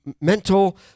mental